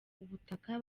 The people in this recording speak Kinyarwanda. ubutaka